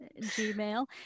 Gmail